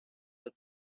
the